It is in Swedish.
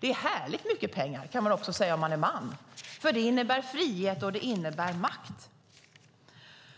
Det är härligt mycket pengar, kan man också säga - om man är man - för det innebär frihet och makt.